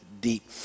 deep